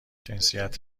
جنسیت